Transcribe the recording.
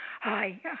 Hi